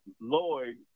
Lloyd